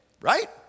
right